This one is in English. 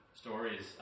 stories